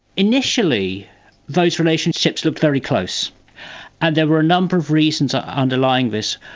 initially those relationships looked very close. and there were a number of reasons underlying this.